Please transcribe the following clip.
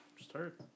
Start